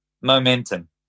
Momentum